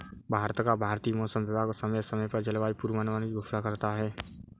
भारत का भारतीय मौसम विभाग समय समय पर जलवायु पूर्वानुमान की घोषणा करता है